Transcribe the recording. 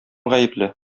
гаепле